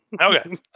Okay